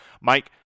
Mike